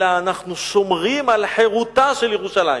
אלא: אנחנו שומרים על חירותה של ירושלים.